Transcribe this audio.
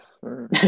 sir